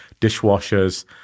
dishwashers